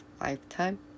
lifetime